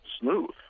smooth